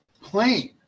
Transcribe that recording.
plane